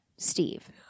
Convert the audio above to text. Steve